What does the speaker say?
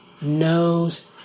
knows